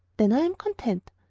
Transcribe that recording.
then i am content.